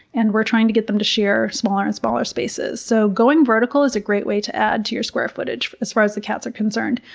and we're trying to get them to share smaller and smaller spaces. so, going vertical is a great way to add to your square footage as far as the cats are concerned.